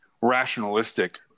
rationalistic